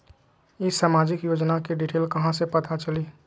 ई सामाजिक योजना के डिटेल कहा से पता चली?